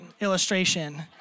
illustration